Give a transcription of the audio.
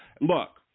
Look